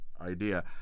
idea